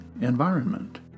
environment